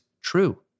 true